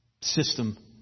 System